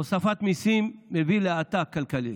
הוספת מיסים מביאה להאטה כלכלית.